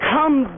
Come